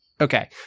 Okay